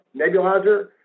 nebulizer